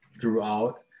throughout